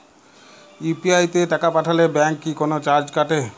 UPI তে টাকা পাঠালে ব্যাংক কি কোনো চার্জ কাটে?